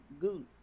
Good